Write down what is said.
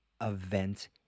event